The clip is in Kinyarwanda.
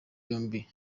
yombi